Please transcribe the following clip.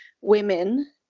women